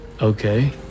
Okay